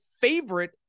favorite